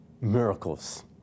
miracles